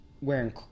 wearing